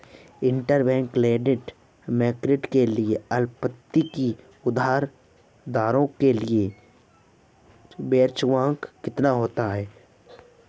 Interbank lending market में अल्पकालिक उधार दरों के लिए बेंचमार्क कितना होता है?